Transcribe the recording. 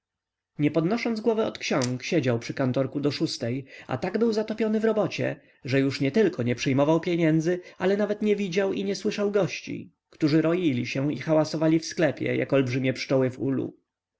nie podnosząc głowy od ksiąg siedział przy kantorku do szóstej a tak był zatopiony w robocie że już nietylko nie przyjmował pieniędzy ale nawet nie widział i nie słyszał gości którzy roili się i hałasowali w sklepie jak olbrzymie pszczoły w ulu